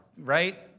right